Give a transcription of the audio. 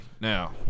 now